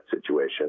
situation